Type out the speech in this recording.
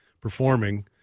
performing